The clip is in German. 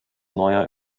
neuer